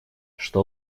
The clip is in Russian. что